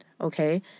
okay